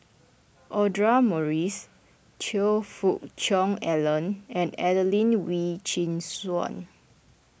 Audra Morrice Choe Fook Cheong Alan and Adelene Wee Chin Suan